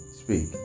speak